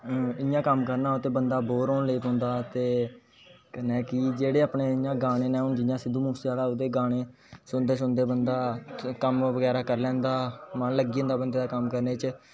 इयां कम्म करना होऐ ते बंदा बोर होन लेई पोंदा ते कन्ने कि जेहडे अपने इयां गाने ना हून जियां सिद्धु मुसेआहला ओहदे गाने सुनदे सुनदे बंदा कम्म बगैरा करी लेंदा मन लग्गी जंदा बंदे दा कम्म करने च